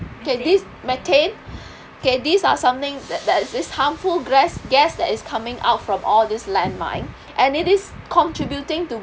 okay this methane okay these are something that there's this harmful gras~ gas that is coming out from all this land mine and it is contributing to